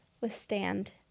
withstand